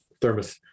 thermos